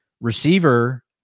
Receiver